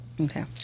Okay